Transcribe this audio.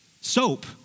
Soap